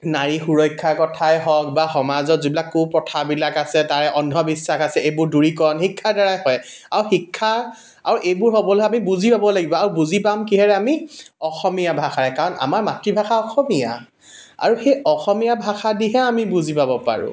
নাৰী সুৰক্ষাৰ কথাই হওক বা সমাজত যিবিলাক কু প্ৰথাবিলাক আছে তাৰ অন্ধবিশ্বাস আছে এইবোৰ দূৰীকৰণ শিক্ষাৰ দ্বাৰাই হয় আৰু শিক্ষা আৰু এইবোৰ হ'বলৈ আমি বুজি পাব লাগিব আৰু বুজি পাম কিহেৰে আমি অসমীয়া ভাষাৰে কাৰণ আমাৰ মাতৃভাষা অসমীয়া আৰু সেই অসমীয়া ভাষা দিহে আমি বুজি পাব পাৰো